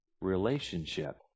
relationship